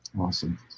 Awesome